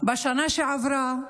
בשנה שעברה,